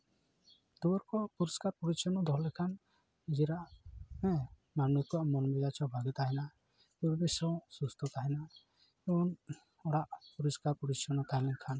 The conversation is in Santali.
ᱫᱩᱣᱟᱹᱨ ᱠᱚ ᱯᱚᱨᱤᱥᱠᱟᱨ ᱯᱚᱨᱤᱪᱪᱷᱚᱱᱱᱚ ᱫᱚᱦᱚ ᱞᱮᱠᱷᱟᱱ ᱱᱤᱡᱮᱨᱟᱜ ᱦᱮᱸ ᱢᱟᱹᱱᱢᱤ ᱠᱚ ᱢᱚᱱ ᱢᱮᱡᱮᱡᱽ ᱦᱚᱸ ᱵᱷᱟᱹᱜᱤ ᱛᱟᱦᱮᱱᱟ ᱯᱚᱨᱤᱵᱮᱥ ᱦᱚᱸ ᱥᱩᱥᱛᱷᱚ ᱛᱟᱦᱮᱱᱟ ᱮᱵᱚᱝ ᱚᱲᱟᱜ ᱫᱩᱣᱟᱹᱨ ᱯᱚᱨᱤᱥᱠᱟᱨ ᱯᱚᱨᱤᱪᱷᱚᱱᱱᱚ ᱛᱟᱦᱮᱱ ᱠᱷᱟᱱ